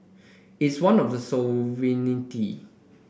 is one of the sovereignty